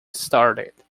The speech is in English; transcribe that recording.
started